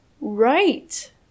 right